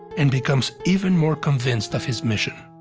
and becomes even more convinced of his mission.